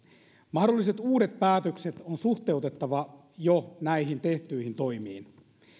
mahdolliset uudet päätökset on suhteutettava jo näihin tehtyihin toimiin